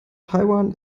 taiwan